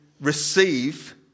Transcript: receive